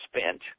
spent